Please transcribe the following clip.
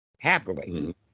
Happily